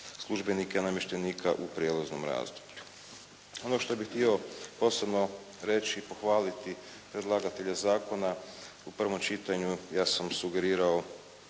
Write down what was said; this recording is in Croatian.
službenika i namještenika u prijelaznom razdoblju. Ono što bih htio osobno reći i pohvaliti predlagatelja zakona u prvom čitanju ja sam sugerirao